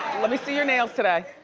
let me see your nails today.